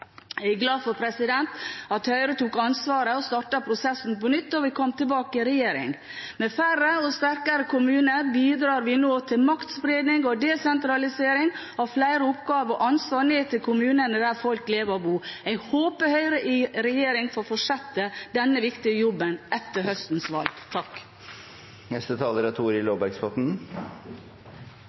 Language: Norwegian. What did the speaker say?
Jeg er glad for at Høyre tok ansvaret og startet prosessen på nytt da vi kom tilbake i regjering. Med færre og sterkere kommuner bidrar vi nå til maktspredning og desentralisering av flere oppgaver og ansvar ned til kommunene der folk lever og bor. Jeg håper Høyre i regjering får fortsette denne viktige jobben etter høstens